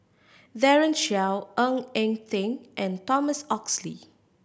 Daren Shiau Ng Eng Teng and Thomas Oxley